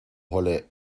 holle